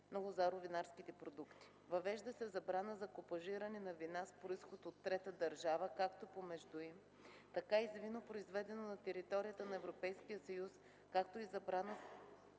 на лозаро-винарските продукти. Въвежда се забрана за смесване на вина с произход от трета държава както помежду им, така и с вино, произведено на територията на Европейския съюз, както и забрана